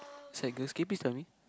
it's like girls can you please tell me